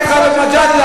כפר-מנדא,